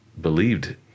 believed